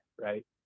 right